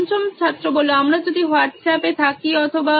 পঞ্চম ছাত্র আমরা যদি হোয়াটস অ্যাপ এ থাকি অথবা